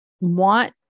want